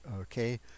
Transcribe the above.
okay